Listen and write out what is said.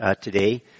today